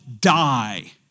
die